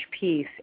piece